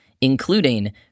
including